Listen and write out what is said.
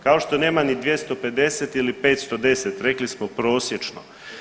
Kao što nema ni 250 ili 510, rekli smo prosječno.